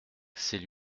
c’est